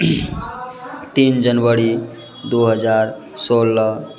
तीन जनवरी दू हजार सोलह